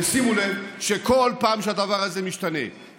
ושימו לב שכל פעם שהדבר הזה משתנה,